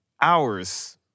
hours